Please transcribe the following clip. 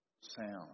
sound